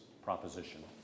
proposition